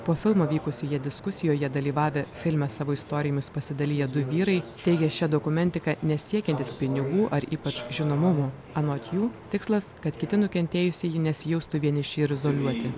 po filmo vykusioje diskusijoje dalyvavę filme savo istorijomis pasidaliję du vyrai teigė šia dokumentika nesiekiantys pinigų ar ypač žinomumo anot jų tikslas kad kiti nukentėjusieji nesijaustų vieniši ir izoliuoti